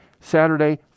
Saturday